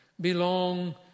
belong